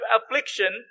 affliction